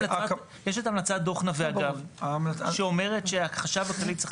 יש את המלצת דוח נווה שאומרת שהחשב הכללי צריך